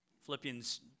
Philippians